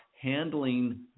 handling